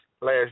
last